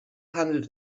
handelt